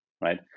right